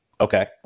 okay